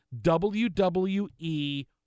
WWE